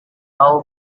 how